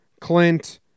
Clint